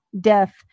death